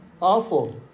Awful